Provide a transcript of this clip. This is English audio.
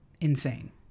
insane